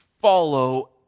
follow